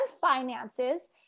finances